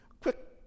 Quick